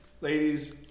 ladies